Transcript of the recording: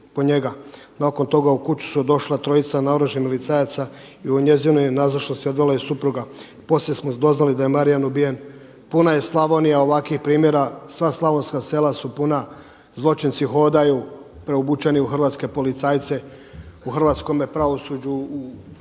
Nakon toga u kuću su došla trojica naoružanih milicajaca i u njezinoj je nazočnosti odvela supruga. Poslije smo doznali da je Marijan ubijen. Puna je Slavonija ovakvih primjera, sva slavonska sela su puna zločinci hodaju preobučeni u hrvatske policajce. U hrvatskome pravosuđu u Vukovaru